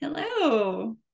Hello